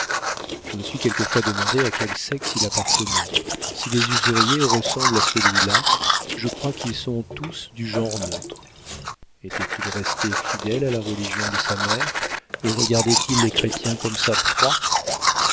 je me suis quelquefois demandé à quel sexe il appartenait si les usuriers ressemblent à celui-là je crois qu'ils sont tous du genre neutre était-il resté fidèle à la religion de sa mère et regardait il les chrétiens comme sa proie